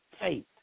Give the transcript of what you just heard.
faith